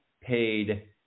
paid